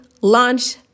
launch